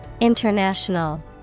International